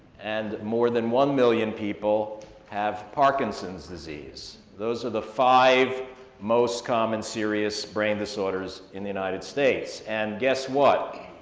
and more than one million people have parkinson's disease. those are the five most common serious brain disorders in the united states, and guess what?